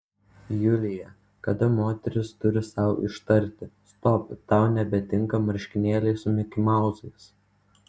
julija kada moteris turi sau ištarti stop tau nebetinka marškinėliai su mikimauzais